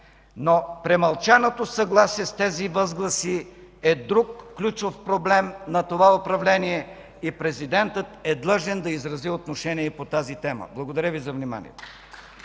Но премълчаното съгласие с тези възгласи е друг ключов проблем на това управление и президентът е длъжен да изрази отношение по тази тема. Благодаря Ви за вниманието.